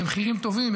במחירים טובים,